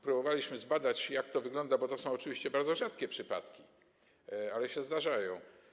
Próbowaliśmy zbadać, jak to wygląda, bo to są oczywiście bardzo rzadkie przypadki, ale się zdarzają.